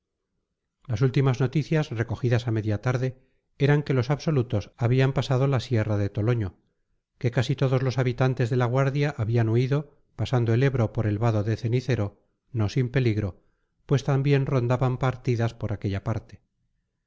las últimas noticias recogidas a media tarde eran que los absolutos habían pasado la sierra de toloño que casi todos los habitantes de la guardia habían huido pasando el ebro por el vado de cenicero no sin peligro pues también rondaban partidas por aquella parte